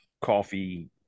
coffee